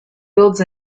builds